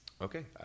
okay